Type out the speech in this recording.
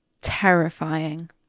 Terrifying